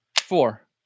four